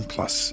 Plus